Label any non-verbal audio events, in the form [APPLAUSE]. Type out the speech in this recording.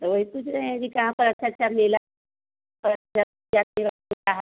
तो वही पूछ रहे हैं कि कहाँ पर अच्छा अच्छा मेला [UNINTELLIGIBLE]